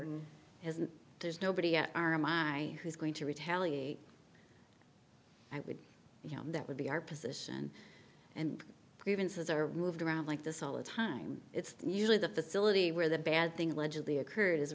his and there's nobody at our my who's going to retaliate and would you know that would be our position and grievances are moved around like this all the time it's usually the facility where the bad thing allegedly occurred